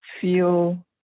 feel